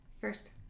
First